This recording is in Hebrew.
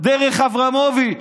דרך אברמוביץ'.